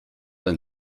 ein